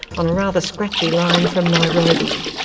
on a rather scratchy line from nairobi.